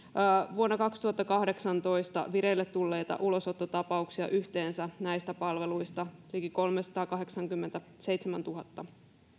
vuonna kaksituhattakahdeksantoista vireille tulleita ulosottotapauksia näistä palveluista yhteensä liki kolmesataakahdeksankymmentäseitsemäntuhatta